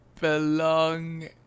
Belong